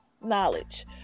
knowledge